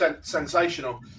sensational